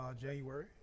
January